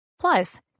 Plus